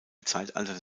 zeitalter